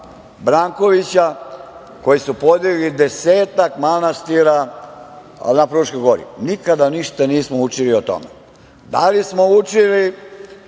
Brankovića koji su podigli desetak manastira na Fruškoj gori. Nikada ništa nismo učili o tome. Da li smo ponešto